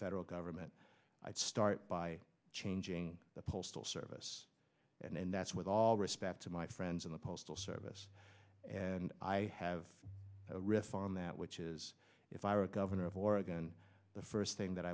federal government i'd start by changing the postal service and that's with all respect to my friends in the postal service and i have a riff on that which is if i were governor of oregon the first thing that